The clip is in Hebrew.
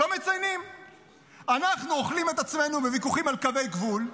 אנחנו אוכלים את עצמנו בוויכוחים על קווי גבול,